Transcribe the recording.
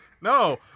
No